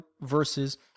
versus